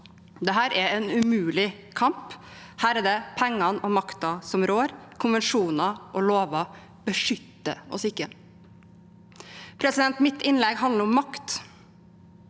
Dette er en umulig kamp. Her er det pengene og makta som rår. Konvensjoner og lover beskytter oss ikke.» Mitt innlegg handler om makt.